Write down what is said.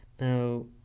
now